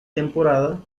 temporada